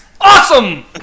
Awesome